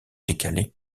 décalé